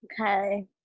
Okay